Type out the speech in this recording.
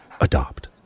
Adopt